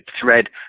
thread